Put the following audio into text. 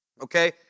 okay